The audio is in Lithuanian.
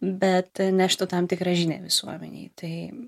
bet neštų tam tikrą žinią visuomenei tai